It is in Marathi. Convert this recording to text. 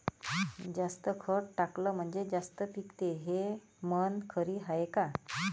जास्त खत टाकलं म्हनजे जास्त पिकते हे म्हन खरी हाये का?